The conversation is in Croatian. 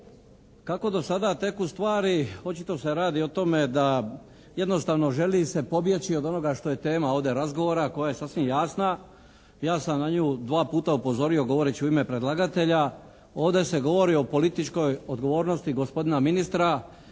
Kako do sada teku stvari očito se radi o tome da jednostavno želi se pobjeći od onoga što je tema ovdje razgovora koja je sasvim jasna. Ja sam na nju dva puta upozorio govoreći u ime predlagatelja. Ovdje se govori o političkoj odgovornosti gospodina ministra